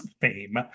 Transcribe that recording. fame